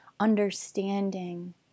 Understanding